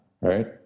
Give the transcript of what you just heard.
right